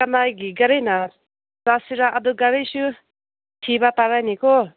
ꯀꯅꯥꯒꯤ ꯒꯥꯔꯤꯅ ꯆꯠꯁꯤꯔ ꯑꯗꯨ ꯒꯥꯔꯤꯁꯨ ꯊꯤꯕ ꯇꯥꯔꯦꯅꯦꯀꯣ